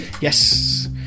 Yes